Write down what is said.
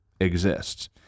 exists